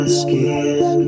skin